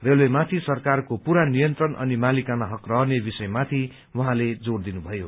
रेलवेमाथि सरकारको पूरा नियन्त्रण अनि मालिकाना हक रहने विषयमाथि उहाँले जोर दिनुमयो